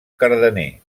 cardener